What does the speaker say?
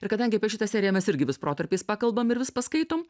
ir kadangi apie šitą seriją mes irgi vis protarpiais pakalbam ir vis paskaitom